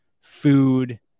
food